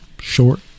short